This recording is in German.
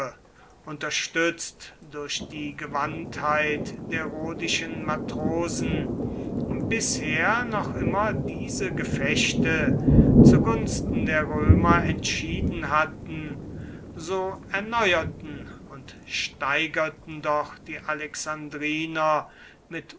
unterstützt durch die gewandtheit der rhodischen matrosen bisher noch immer diese gefechte zu gunsten der römer entschieden hatten so erneuerten und steigerten doch die alexandriner mit